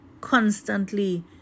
constantly